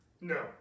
No